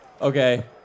Okay